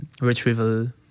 retrieval